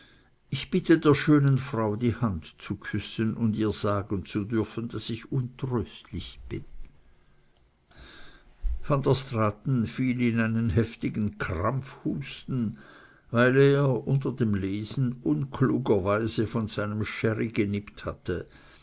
ich bitte der schönen frau die hand küssen und ihr sagen zu dürfen daß ich untröstlich bin van der straaten fiel in einen heftigen krampfhusten weil er unter dem lesen unklugerweise von seinem sherry genippt hatte